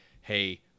Hey